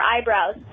eyebrows